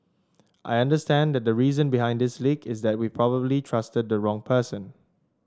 I understand that the reason behind this leak is that we probably trusted the wrong person